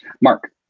Mark